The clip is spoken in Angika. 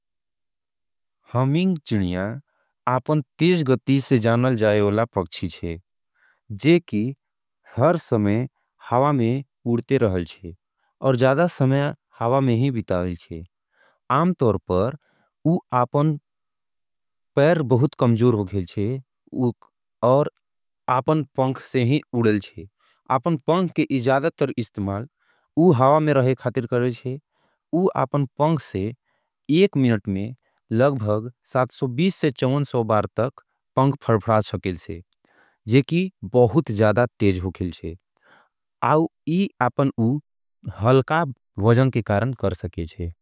हमिंग जणिया आपन तेजगती से जानल जायेवला पक्षी छे जे की हर समय हावा में उड़ते रहल छे और जादा समय हावा में ही बिताओल छे आमतोर पर उआपन पैर बहुत कमजूर होगेल छे और आपन पंख से ही उड़ल छे आपन पंख के इज़ादा तर इस्थमाल उआपन पंख से एक मिनट में लगभग बार तक पंख फ़रफ़राच होगेल छे जे की बहुत जादा तेज होगेल छे आपन उआपन हलका वजन के कारण कर सके छे।